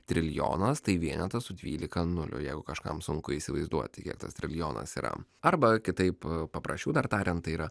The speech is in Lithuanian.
trilijonas tai vienetas su dvylika nulių jeigu kažkam sunku įsivaizduoti kiek tas trilijonas yra arba kitaip paprasčiau dar tariant tai yra